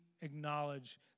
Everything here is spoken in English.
acknowledge